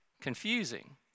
confusing